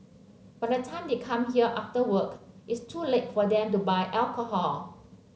by the time they come here after work it's too late for them to buy alcohol